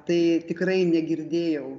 tai tikrai negirdėjau